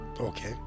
Okay